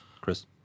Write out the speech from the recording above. Chris